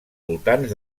voltants